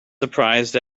surprised